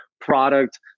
product